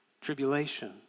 tribulation